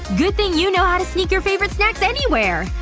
good thing you know how to sneak your favorite snacks anywhere!